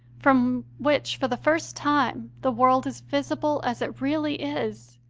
from which for the first time the world is visible as it really is,